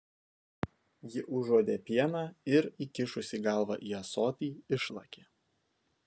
ji užuodė pieną ir įkišusi galvą į ąsotį išlakė